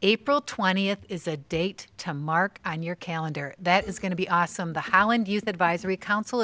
april twentieth is the date to mark on your calendar that is going to be awesome the highland youth advisory council